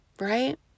Right